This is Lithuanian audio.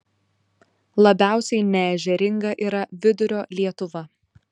labiausiai neežeringa yra vidurio lietuva